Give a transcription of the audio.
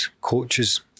coaches